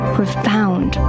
profound